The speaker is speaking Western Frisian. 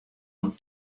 oan